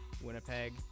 Winnipeg